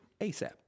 ASAP